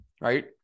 right